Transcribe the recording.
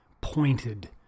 pointed